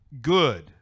good